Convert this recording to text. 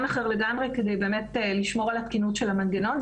אחר לגמרי כדי באמת לשמור על התקינות של המנגנון.